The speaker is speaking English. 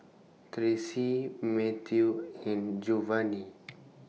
Tracey Matthew and Jovanny